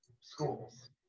schools